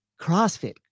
CrossFit